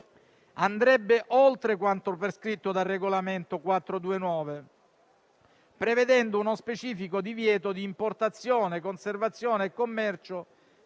andrebbe oltre quanto prescritto dal regolamento n. 429, prevedendo uno specifico divieto di importazione, conservazione e commercio